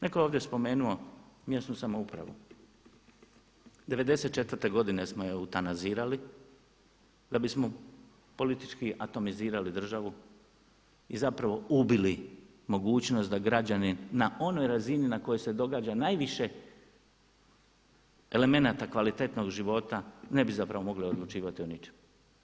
Netko je ovdje spomenuo mjesnu samoupravu. '94. godine smo je eutanazirali, da bismo politički atomizirali državu i zapravo ubili mogućnost da građanin na onoj razini na kojoj se događa najviše elemenata kvalitetnog života ne bi zapravo mogli odlučivati o ničemu.